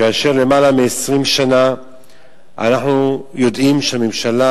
כאשר למעלה מ-20 שנה אנחנו יודעים שהממשלה